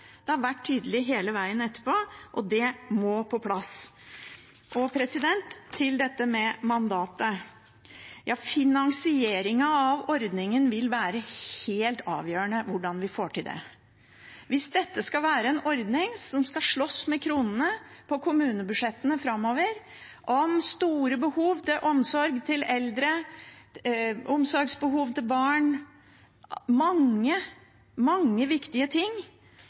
det har vært tydelig hele veien etterpå, og det må på plass. Til dette med mandatet: Finansieringen av ordningen vil være helt avgjørende for hvordan vi får det til. Hvis denne ordningen skal slåss om kronene på kommunebudsjettene framover – mot store behov som omsorg for eldre, omsorgsbehov hos barn, mange, mange viktige ting